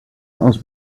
aus